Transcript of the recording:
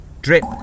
Drip